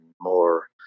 more